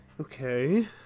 Okay